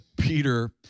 Peter